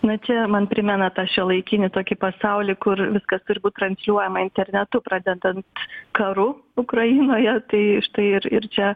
na čia man primena tą šiuolaikinį tokį pasaulį kur viskas turi būt transliuojama internetu pradedant karu ukrainoje tai štai ir ir čia